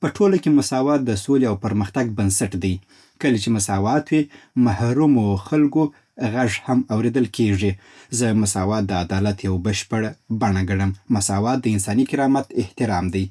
په ټولنه کې مساوات د سولې او پرمختګ بنسټ دی. کله چې مساوات وي، د محرومو خلکو غږ هم اورېدل کېږي. زه مساوات د عدالت یوه بشپړه بڼه ګڼم. مساوات د انساني کرامت احترام دی.